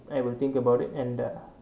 I will think about it and uh